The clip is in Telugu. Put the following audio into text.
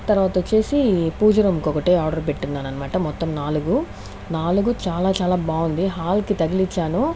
తర్వాత వచ్చేసి పూజ రూమ్ కి ఒకటి ఆర్డర్ పెట్టున్నానన్నమాట మొత్తం నాలుగు నాలుగు చాలా చాలా బాగుంది హాల్ కి తగిలించాను